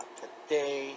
today